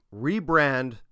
rebrand